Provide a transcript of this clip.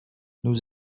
nous